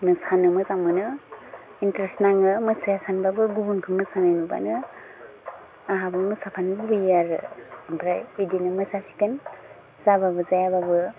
मोसानो मोजां मोनो इन्टारेस्त नाङो मोसाया सानबाबो गुबुनखौ मोसानाय नुबानो आंहाबो मोसाफानो लुबैयो आरो ओमफ्राय बिदिनो मोसासिगोन जाबाबो जायाबाबो